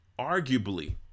arguably